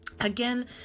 Again